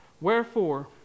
Wherefore